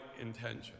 intention